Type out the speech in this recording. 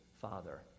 father